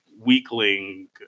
weakling